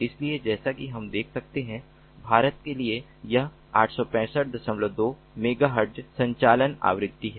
इसलिए जैसा कि हम देख सकते हैं कि भारत के लिए यह 8652 मेगाहर्ट्ज़ संचालन आवृत्ति है